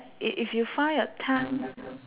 if if you find a time